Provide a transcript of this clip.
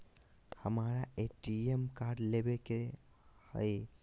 हमारा ATM card लेव के हई